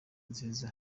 nziza